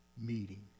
meeting